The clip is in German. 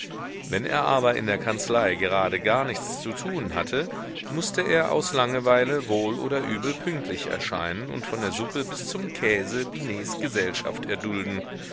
wenn er aber in der kanzlei gerade gar nichts zu tun hatte mußte er aus langeweile wohl oder übel pünktlich erscheinen und von der suppe bis zum käse binets gesellschaft erdulden